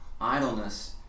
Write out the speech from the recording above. idleness